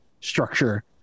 structure